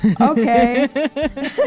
okay